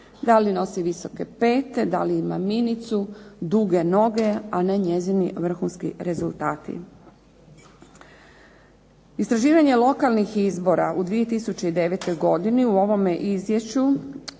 da li nosi visoke pete, da li ima minicu, duge noge, a ne njezini vrhunski rezultati. Istraživanje lokalnih izbora u 2009. godini u ovome izvješću